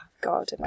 god